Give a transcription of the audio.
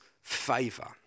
favour